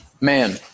Man